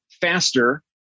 faster